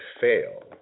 fail